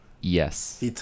Yes